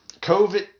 COVID